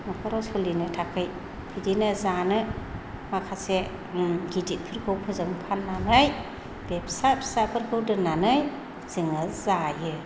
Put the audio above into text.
न'खराव सोलिनो थाखाय बिदिनो जानो माखासे गिदिरफोरखौ जों फाननानै बे फिसा फिसाफोरखौ दोननानै जोङो जायो